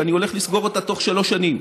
שאני הולך לסגור אותה בתוך שלוש שנים,